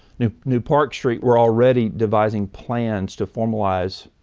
new new park street were already devising plans to formalize